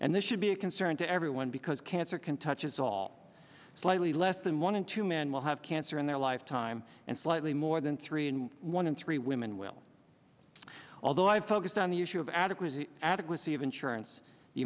and they should be a concern to everyone because cancer can touches all slightly less than one in two men will have cancer in their lifetime and slightly more than three and one in three women will although i have focused on the issue of adequate adequacy of insurance the